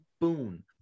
boon